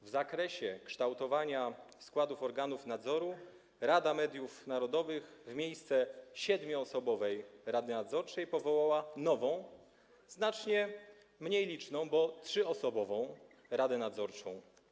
W zakresie kształtowania składów organów nadzoru Rada Mediów Narodowych w miejsce siedmioosobowej rady nadzorczej powołała nową, znacznie mniej liczną, bo trzyosobową radę nadzorczą.